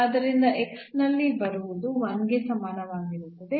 ಆದ್ದರಿಂದ ನಲ್ಲಿ ಬರುವುದು 1 ಗೆ ಸಮಾನವಾಗಿರುತ್ತದೆ